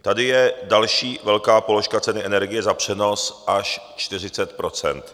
Tady je další velká položka ceny energie za přenos, až 40 %.